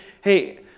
Hey